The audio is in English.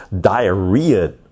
diarrhea